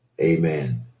amen